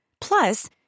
Plus